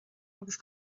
agus